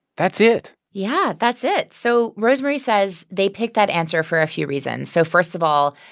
that's it yeah. that's it. so rosemarie says they picked that answer for a few reasons. so first of all,